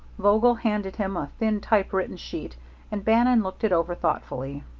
vogel handed him a thin typewritten sheet and bannon looked it over thoughtfully.